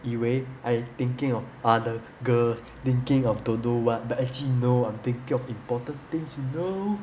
以为 I thinking of other girls thinking of don't know but actually no I'm thinking of important things you know